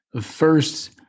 First